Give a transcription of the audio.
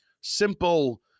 simple